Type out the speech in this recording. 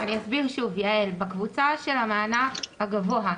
בקבוצה של המענק הגבוה,